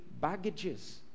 baggages